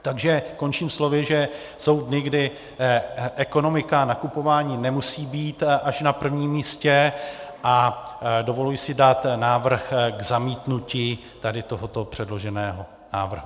Takže končím slovy, že jsou dny, kdy ekonomika a nakupování nemusí být až na prvním místě, a dovoluji si dát návrh k zamítnutí tohoto předloženého návrhu.